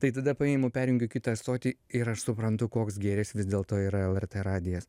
tai tada paimu perjungiu kitą stotį ir aš suprantu koks gėris vis dėlto yra lrt radijas